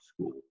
School